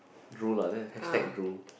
drool lah there hashtag drool